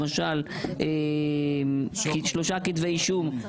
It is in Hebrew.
למשל שלושה כתבי אישום,